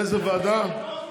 לאיזה ועדה?